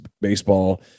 baseball